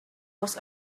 was